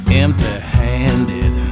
empty-handed